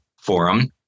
Forum